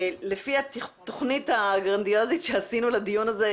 לפי התוכנית הגרנדיוזית שעשינו לדיון הזה,